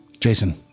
Jason